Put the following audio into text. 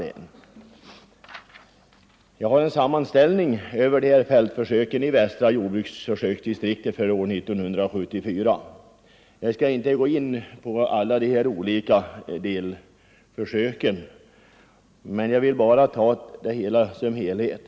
Jag har här en sammanställning över fältförsöken i västra jordbruksförsöksdistriktet för år 1974. Jag skall inte nu gå in på alla de olika delförsöken utan bara göra en kort redovisning av helheten.